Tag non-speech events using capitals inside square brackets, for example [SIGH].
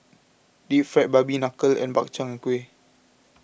Deep Fried [UNINTELLIGIBLE] Knuckle and Bak Chang and Kuih